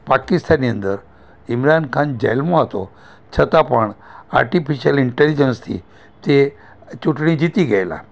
પાકિસ્તાનની અંદર ઈમરાન ખાન જેલમાં હતો છતાં પણ આર્ટિફિસલ ઇન્ટેલિજન્સથી તે ચૂંટણી જીતી ગયેલા